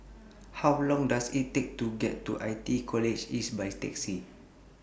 How Long Does IT Take to get to I T E College East By Taxi